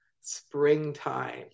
springtime